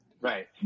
Right